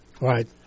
Right